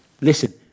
Listen